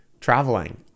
traveling